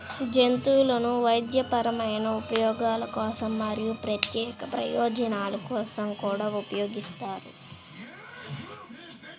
జంతువులను వైద్యపరమైన ఉపయోగాల కోసం మరియు ప్రత్యేక ప్రయోజనాల కోసం కూడా ఉపయోగిస్తారు